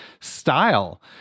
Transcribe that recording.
style